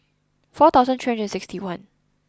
four thousand three hundred and sixty one